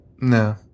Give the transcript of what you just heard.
No